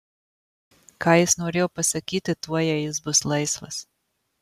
ką jis norėjo pasakyti tuo jei jis bus laisvas